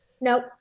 Nope